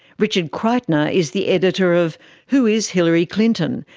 richard kreitner is the editor of who is hillary clinton?